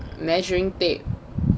measuring tape